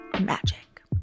magic